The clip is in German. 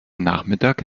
nachmittag